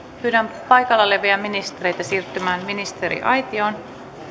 pyydän paikalla olevia ministereitä siirtymään ministeriaitioon